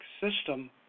system